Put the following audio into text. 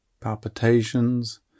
palpitations